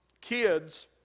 Kids